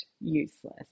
useless